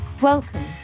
welcome